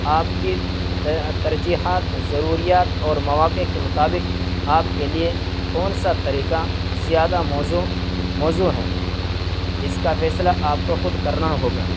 آپ کی ترجیحات ضروریات اور مواقع کے مطابق آپ کے لیے کون سا طریقہ زیادہ موزوں موزوں ہیں اس کا فیصلہ آپ کو خود کرنا ہوگا